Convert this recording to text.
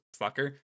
fucker